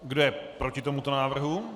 Kdo je proti tomuto návrhu?